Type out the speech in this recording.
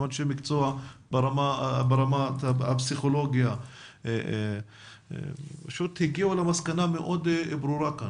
גם אנשי מקצוע בפסיכולוגיה שהגיעו למסקנה מאוד ברורה והיא